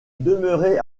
demeurait